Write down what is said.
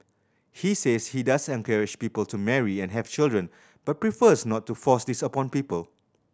he says he does encourage people to marry and have children but prefers not to force this upon people